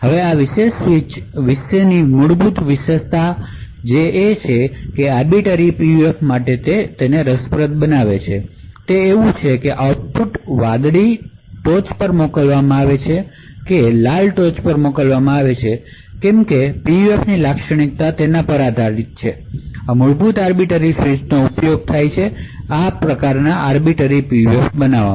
હવે આ વિશેષ સ્વીચ ની મૂળભૂત વિશેષતા જે તેને આર્બીટર PUF માટે રસપ્રદ બનાવે છે તે છે કે આ આઉટપુટ જેમાં વાદળી રેખા ટોચ પર મોકલવામાં આવે છે અથવા લાલ રેખા ટોચ પર મોકલવામાં આવે છે તે આ PUFની લાક્ષણિકતાઓ પર આધારિત છે આ મૂળભૂત આર્બિટર સ્વીચ નો ઉપયોગ થાય છે આર્બિટર PUF બનાવવા માટે